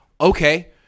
Okay